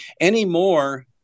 anymore